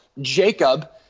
Jacob